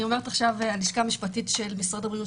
הלשכה המשפטית של משרד הבריאות,